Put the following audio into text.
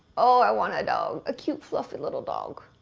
oh, i want a dog, a cute fluffy little dog.